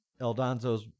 Eldonzo's